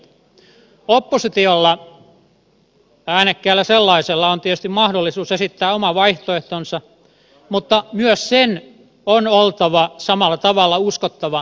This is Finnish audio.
oppositiolla äänekkäällä sellaisella on tietysti mahdollisuus esittää oma vaihtoehtonsa mutta myös sen on oltava samalla tavalla uskottava kokonaisuus